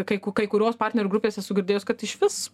kai kai kurios partnerių grupės esu girdėjus kad išvis